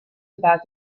about